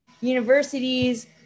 universities